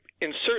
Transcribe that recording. insert